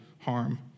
harm